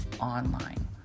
online